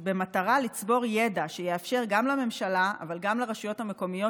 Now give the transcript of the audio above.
במטרה לצבור ידע שיאפשר גם לממשלה אבל גם לרשויות המקומיות,